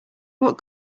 what